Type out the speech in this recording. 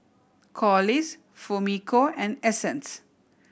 Corliss Fumiko and Essence